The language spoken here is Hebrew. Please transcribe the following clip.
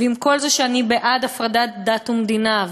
ועם כל זה שאני בעד הפרדת דת ומדינה,